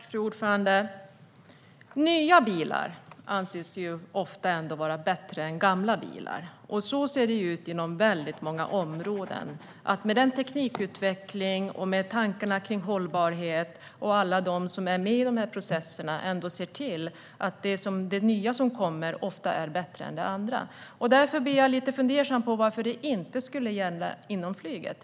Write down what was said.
Fru talman! Nya bilar anses ofta vara bättre än gamla bilar. Så ser det ut inom väldigt många områden. Med teknikutveckling och med tankar kring hållbarhet ser alla de som är med i dessa processer till att det nya som kommer ofta är bättre än det andra. Därför blir jag lite fundersam. Varför skulle det inte gälla inom flyget?